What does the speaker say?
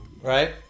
right